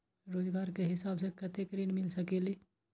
रोजगार के हिसाब से कतेक ऋण मिल सकेलि?